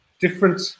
Different